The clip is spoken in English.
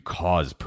cause